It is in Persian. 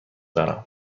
دارم